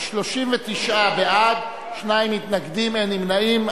39. 39 בעד, שניים מתנגדים ואין נמנעים.